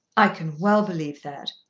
i can well believe that.